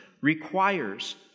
requires